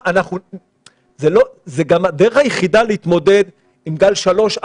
זו גם הדרך היחידה להתמודד עם גל שלוש,